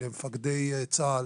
למפקדי צה"ל